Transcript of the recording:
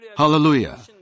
Hallelujah